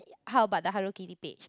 how about the Hello Kitty page